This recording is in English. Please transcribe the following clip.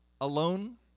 alone